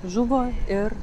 žuvo ir